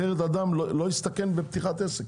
אחרת אדם לא יסתכן בפתיחת עסק.